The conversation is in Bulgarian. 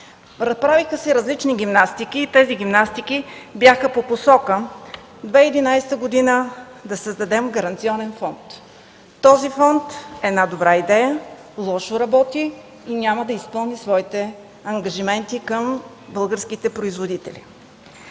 Правиха се различни гимнастики и те бяха по посока 2011 г. да създадем Гаранционен фонд. Този фонд е добра идея, но работи лошо и няма да изпълни своите ангажименти към българските производители.